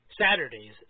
Saturdays